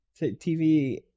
TV